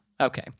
Okay